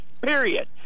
period